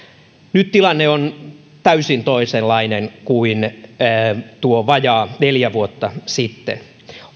nyt tilanne on täysin toisenlainen kuin vajaa neljä vuotta sitten